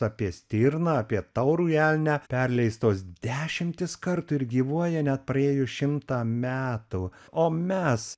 apie stirną apie taurųjį elnią perleistos dešimtis kartų ir gyvuoja net praėjus šimtą metų o mes